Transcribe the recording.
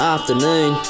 Afternoon